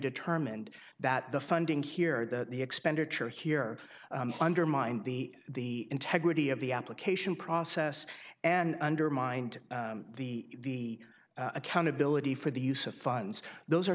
determined that the funding here the the expenditure here undermined the integrity of the application process and undermined the accountability for the use of funds those